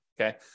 okay